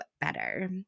better